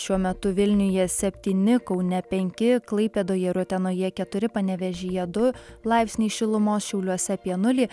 šiuo metu vilniuje septyni kaune penki klaipėdoje ir utenoje keturi panevėžyje du laipsniai šilumos šiauliuose apie nulį